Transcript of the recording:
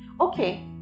okay